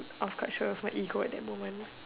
I was quite sure of my ego at that moment